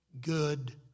good